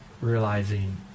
realizing